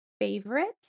favorites